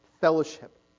fellowship